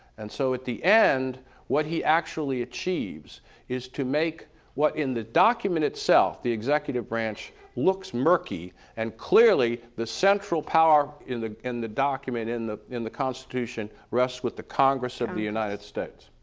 and so at the end what he actually achieves is to make what in the document itself, the executive branch looks murky and clearly the central power in the in the document, in the in the constitution, rests with the congress of the united states.